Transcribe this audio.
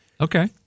Okay